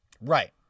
Right